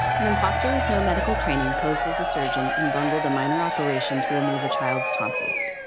an imposter with no medical training posed as a surgeon and bungled a minor operation to remove a child's tonsils.